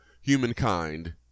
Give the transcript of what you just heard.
humankind